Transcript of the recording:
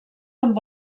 amb